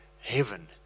heaven